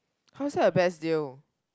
how is it the best deal